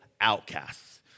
outcasts